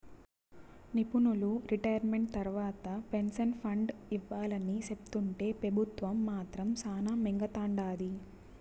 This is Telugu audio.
నిపునులు రిటైర్మెంట్ తర్వాత పెన్సన్ ఫండ్ ఇవ్వాలని సెప్తుంటే పెబుత్వం మాత్రం శానా మింగతండాది